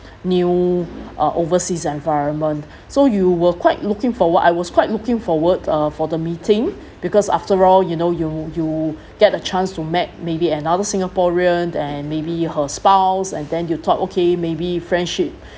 new uh overseas environment so you were quite looking forward I was quite looking forward uh for the meeting because after all you know you you get a chance to met maybe another singaporean and maybe her spouse and then you thought okay maybe friendship